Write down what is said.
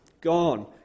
Gone